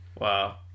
wow